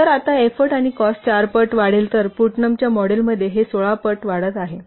तर आता एफ्फोर्ट आणि कॉस्ट 4 पट वाढेल तर पुटनमच्या मॉडेलमध्ये ते 16 पट वाढत आहे